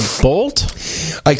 Bolt